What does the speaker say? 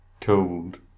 cold